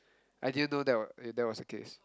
I didn't know that were that was the case